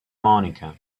monica